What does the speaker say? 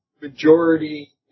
majority